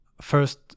first